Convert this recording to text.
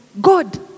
God